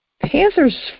panther's